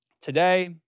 today